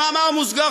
במאמר מוסגר,